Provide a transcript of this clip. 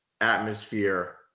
atmosphere